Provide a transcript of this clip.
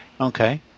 Okay